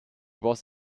was